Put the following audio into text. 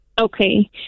Okay